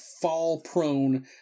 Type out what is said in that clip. fall-prone